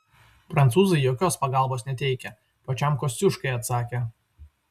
prancūzai jokios pagalbos neteikia pačiam kosciuškai atsakė